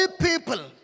people